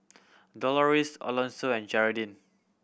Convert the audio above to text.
Doloris Alonso and Gearldine